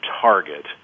target